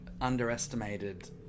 underestimated